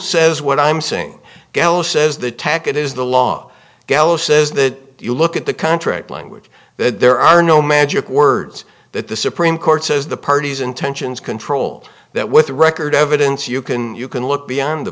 says what i'm saying gallo says the tac it is the law gallo says that if you look at the contract language there are no magic words that the supreme court says the parties intentions control that with the record evidence you can you can look beyond the